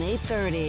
830